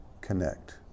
connect